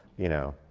you know,